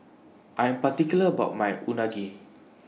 I Am particular about My Unagi